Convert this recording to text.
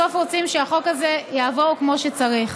בסוף רוצים שהחוק הזה יעבור כמו שצריך.